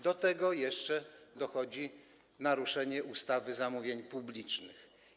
Do tego jeszcze dochodzi naruszenie ustawy Prawo zamówień publicznych.